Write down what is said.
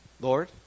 Lord